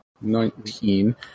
Nineteen